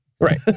Right